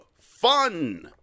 fun